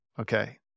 okay